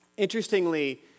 Interestingly